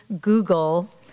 Google